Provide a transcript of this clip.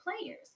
players